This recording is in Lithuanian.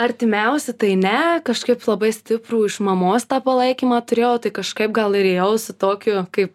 artimiausi tai ne kažkaip labai stiprų iš mamos tą palaikymą turėjau tai kažkaip gal ir ėjau su tokiu kaip